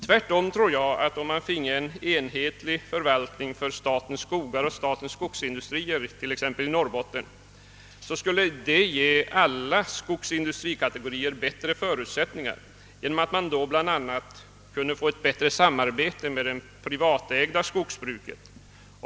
Tvärtom torde en enhetlig förvaltning för statens skogar och statens skogsindustrier t.ex. i Norrbotten ge alla skogsindustrikategorier bättre förutsättningar genom att det kunde bli ett ökat samarbete med det privatägda skogsbruket. Bl.